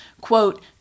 Quote